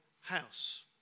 house